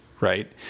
right